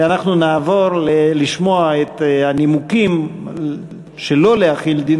ואנחנו נעבור לשמוע את הנימוקים שלא להחיל דין